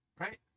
Right